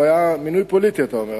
הוא היה מינוי פוליטי, אתה אומר.